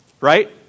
right